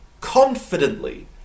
confidently